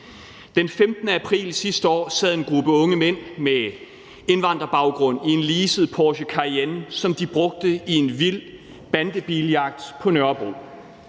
Den 15. april sidste år sad en gruppe unge mænd med indvandrerbaggrund i en leaset Porsche Cayenne, som de brugte i en vild bandebiljagt på Nørrebro.